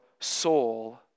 soul